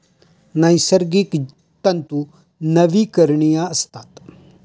नैसर्गिक तंतू नवीकरणीय असतात